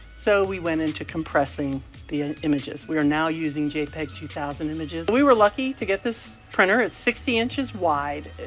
so we went into compressing the and images. we are now using jpeg two thousand images. we were lucky to get this printer. it's sixty inches wide.